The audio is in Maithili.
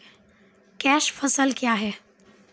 कैश फसल क्या हैं?